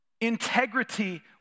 Integrity